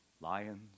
Lions